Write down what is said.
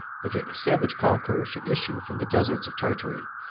if a savage conqueror should issue from the deserts of tartary,